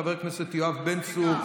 חבר הכנסת יואב בן צור,